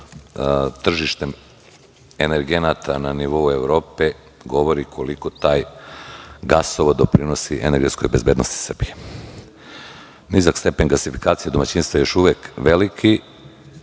tržištem energenata na nivou Evrope govori koliko taj gasovod doprinosi energetskoj bezbednosti Srbije. Nizak stepen gasifikacije domaćinstva još uvek je veliki.